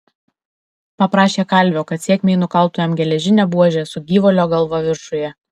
paprašė kalvio kad sėkmei nukaltų jam geležinę buožę su gyvulio galva viršuje